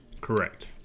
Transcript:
Correct